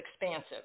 expansive